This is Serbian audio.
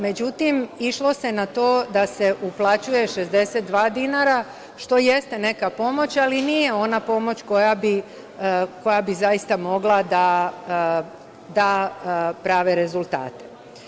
Međutim, išlo se na to da se uplaćuje 62 dinara, što jeste neka pomoć, ali nije ona pomoć koja bi zaista mogla da da prave rezultate.